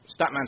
Statman